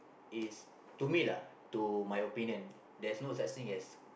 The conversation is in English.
is to me lah to my opinion there's no such thing as